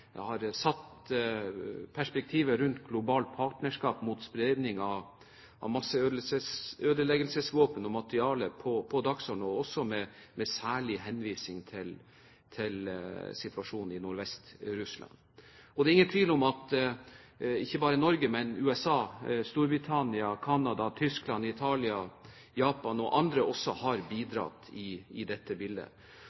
har satt perspektivet rundt «Det globale partnerskap mot spredning av masseødeleggelsesvåpen og -materiale» på dagsordenen, også med særlig henvisning til situasjonen i Nordvest-Russland. Det er ingen tvil om at ikke bare Norge, men USA, Storbritannia, Canada, Tyskland, Italia, Japan og andre også har